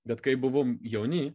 bet kai buvom jauni